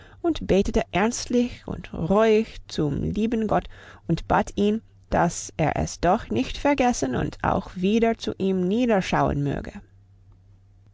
und betete ernstlich und reuig zum lieben gott und bat ihn dass er es doch nicht vergessen und auch wieder zu ihm niederschauen möge